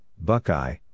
Buckeye